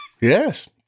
Yes